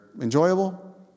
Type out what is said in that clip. enjoyable